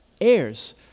heirs